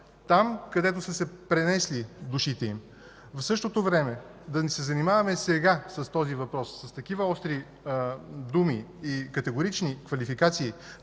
там, където са се пренесли душите им. В същото време да се занимаваме сега с този въпрос с такива остри думи и категорични квалификации,